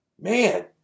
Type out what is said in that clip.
man